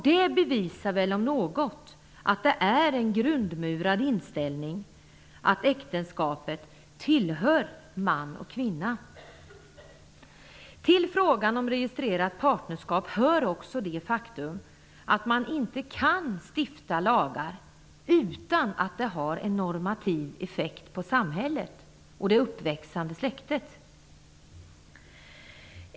Det bevisar väl om något att det är en grundmurad inställning att äktenskapet tillhör man och kvinna. Till frågan om registrerat partnerskap hör också det faktum att man inte kan stifta lagar utan att det har en normativ effekt på samhället och det uppväxande släktet.